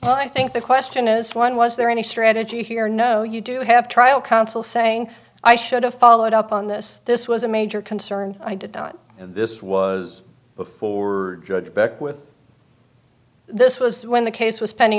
client i think the question is one was there any strategy here no you do have trial counsel saying i should have followed up on this this was a major concern i did not this was before judge beckwith this was when the case was pending